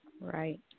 Right